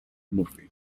murphy